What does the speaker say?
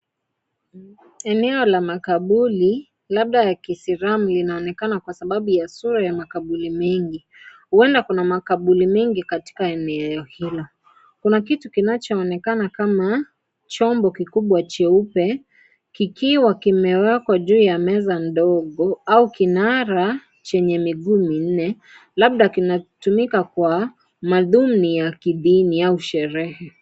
Eneo la makaburi labda ya kiisilamu linaonekana kwa sababu ya sura ya makaburi mengi huenda kuna makaburi mengi katika eneo hilo kuna kitu kinachoonekana kama chombo kikubwa cheupe kikiwa kimewekwa juu ya meza ndogo au kinara chenye miguu minne labda kinatumika kwa madhumni ya kidini au sherehe .